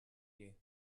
you